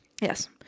Yes